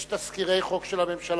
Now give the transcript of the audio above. יש תזכירי חוק של הממשלה.